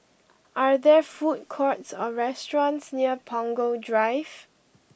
are there food courts or restaurants near Punggol Drive